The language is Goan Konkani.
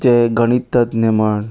जे गणिततज्ञ म्हण